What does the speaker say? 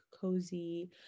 cozy